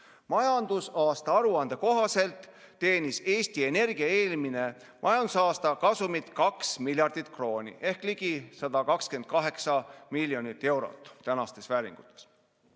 majandusaasta aruande kohaselt teenis Eesti Energia eelmine majandusaasta kasumit 2,0 miljardit krooni. " See on siis ligi 128 miljonit eurot tänases vääringus.